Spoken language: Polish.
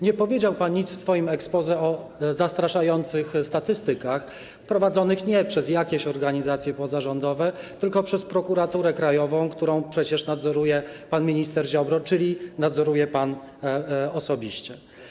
Nie powiedział pan nic w swoim exposé o zastraszających statystykach prowadzonych nie przez jakieś organizacje pozarządowe, tylko przez Prokuraturę Krajową, którą przecież nadzoruje pan minister Ziobro, czyli nadzoruje pan osobiście.